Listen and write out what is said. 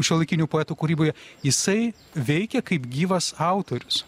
šiuolaikinių poetų kūryboje jisai veikia kaip gyvas autorius